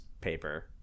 paper